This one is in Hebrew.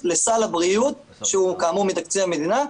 לסל הבריאות שהוא כאמור מתקציב המדינה,